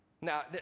Now